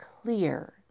clear